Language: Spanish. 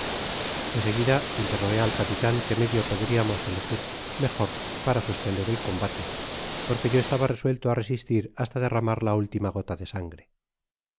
seguida interrogué al capitan qué medio podriamos elegir mejor para sostener el combate porque yo estaba resuelto á resistir hasta derramar la última gota de sangre